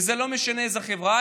וזה לא משנה איזו חברה.